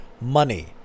Money